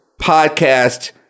podcast